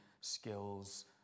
skills